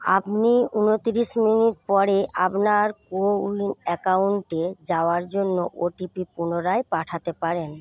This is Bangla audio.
আপনি উনতিরিশ মিনিট পরে আপনার কোউইন অ্যাকাউন্টে যাওয়ার জন্য ওটিপি পুনরায় পাঠাতে পারেন